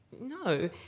no